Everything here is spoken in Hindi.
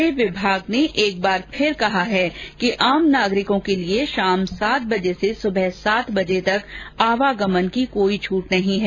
गृह विभाग ने एक बार फिर कहा कि आम नागरिको के लिए शाम सात बजे से सुबह सात बजे तक आवागमन की छूट नहीं है